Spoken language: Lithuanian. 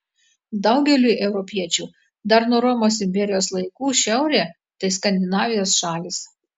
daugeliui europiečių dar nuo romos imperijos laikų šiaurė tai skandinavijos šalys